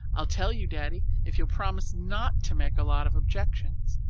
i'll tell you, daddy, if you'll promise not to make a lot of objections.